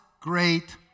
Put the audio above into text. great